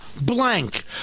blank